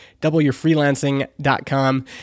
doubleyourfreelancing.com